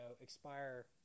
expire